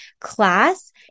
class